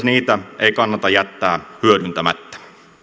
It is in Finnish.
niitä ei kannata jättää hyödyntämättä